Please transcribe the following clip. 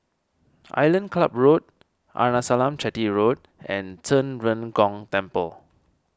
Island Club Road Arnasalam Chetty Road and Zhen Ren Gong Temple